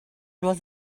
was